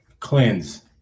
cleanse